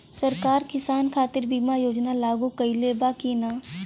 सरकार किसान खातिर बीमा योजना लागू कईले बा की ना?